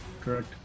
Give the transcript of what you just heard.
Correct